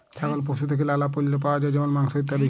ছাগল পশু থেক্যে লালা পল্য পাওয়া যায় যেমল মাংস, ইত্যাদি